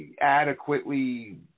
adequately